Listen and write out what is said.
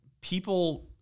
people